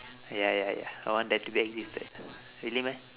ya ya ya I want that to be existed really meh